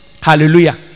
Hallelujah